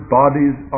bodies